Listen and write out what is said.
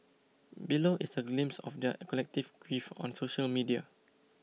below is a glimpse of their collective grief on social media